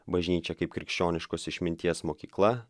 bažnyčia kaip krikščioniškos išminties mokykla